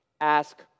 ask